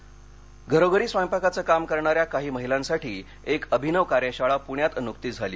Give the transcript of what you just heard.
smart cook घरोघरी स्वयंपाकाचं काम करणाऱ्या काही महिलांसाठी एक अभिनव कार्यशाळा पृण्यात नुकतीच झाली